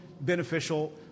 beneficial